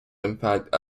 impact